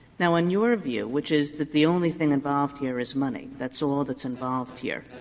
now, in your view, which is that the only thing involved here is money, that's all that's involved here,